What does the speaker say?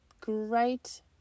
great